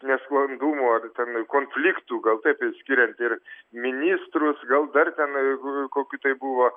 nesklandumų ar ten konfliktų gal taip skiriant ministrus gal dar ten kokių tai buvo